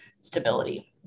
stability